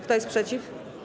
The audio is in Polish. Kto jest przeciw?